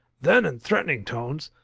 then in threatening tones,